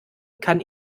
kann